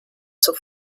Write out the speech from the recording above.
zur